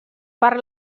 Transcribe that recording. per